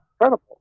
Incredible